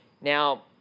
Now